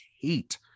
hate